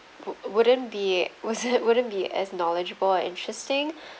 would wouldn't be wasn't wouldn't be as knowledgeable and interesting